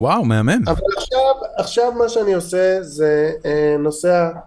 וואו, מהמם. אבל עכשיו עכשיו מה שאני עושה זה נוסע